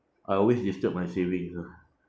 I always disturb my savings lah